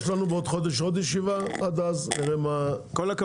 יש לנו בעוד חודש עוד ישיבה, עד אז נראה מה התקדם.